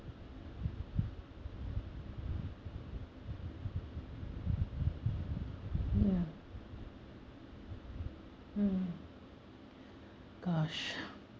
ya hmm gosh